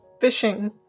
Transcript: Fishing